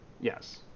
Yes